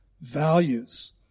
values